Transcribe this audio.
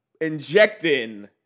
injecting